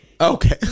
Okay